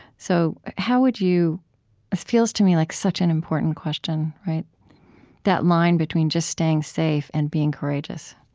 so how would you this feels to me like such an important question, that line between just staying safe and being courageous